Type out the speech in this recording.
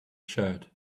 shirt